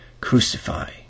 Crucify